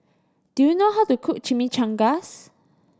do you know how to cook Chimichangas